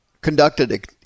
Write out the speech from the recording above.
conducted